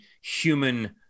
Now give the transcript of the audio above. human